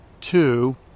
Two